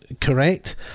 correct